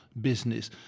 business